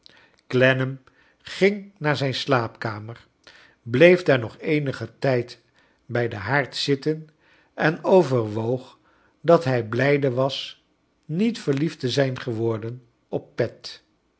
clennam ging aaar zijn slaapkamer bleef daar nog eenigen tijd bij den haard zitten en overwoog dat hij blijde was niet verliefd te zijn geworden op pet